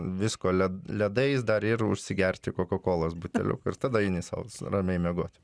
visko led ledais dar ir užsigerti kokokolos buteliuku ir tada eini sau ramiai miegot